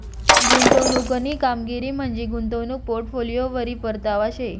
गुंतवणूकनी कामगिरी म्हंजी गुंतवणूक पोर्टफोलिओवरी परतावा शे